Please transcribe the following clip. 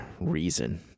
reason